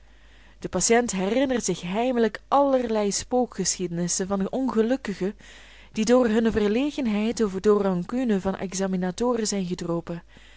de patiënt herinnert zich heimelijk allerlei spookgeschiedenissen van ongelukkigen die door hunne verlegenheid of door rancune van examinatoren zijn gedropen